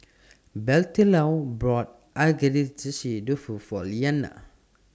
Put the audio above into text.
Bettylou brought Agedashi Dofu For Liliana